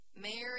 Mary